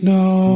no